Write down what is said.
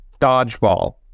Dodgeball